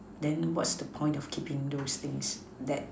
then what's the point of keeping those things that